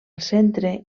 centre